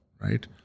right